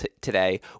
today